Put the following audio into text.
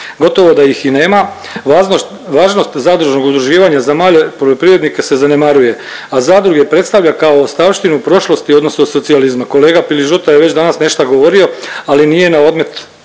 gotovo da ih i nema, važnost zadružnog udruživanja za male poljoprivrednike se zanemaruje, a zadruge predstavlja kao ostavštinu prošlosti odnosno socijalizma. Kolega Piližota je već danas nešta govorio, ali nije na odmet